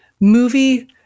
movie